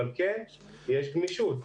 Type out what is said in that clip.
אבל כן יש גמישות.